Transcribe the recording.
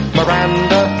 Miranda